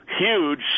huge